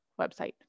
website